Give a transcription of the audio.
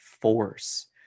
force